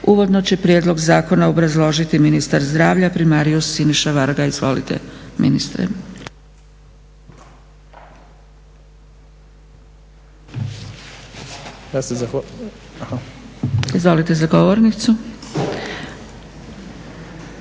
Uvodno će prijedlog zakona obrazložiti ministar zdravlja primarijus Siniša Varga. Izvolite ministre. Izvolite za govornicu.